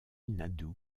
nadu